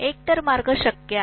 एकतर मार्ग शक्य आहे